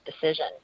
decision